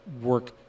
work